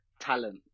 talent